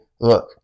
look